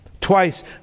Twice